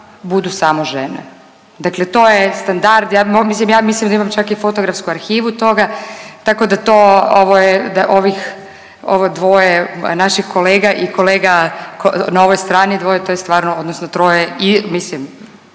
budu samo žene. Dakle, to je standard, ja mislim da imam čak i fotografsku arhivu toga tako da to, ovo je, ovih, ovo dvoje naših kolega i kolega na ovoj strani dvoje to je stvarno odnosno troje i mislim